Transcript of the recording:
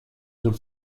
sul